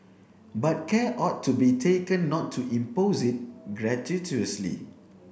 but care ought to be taken not to impose it gratuitously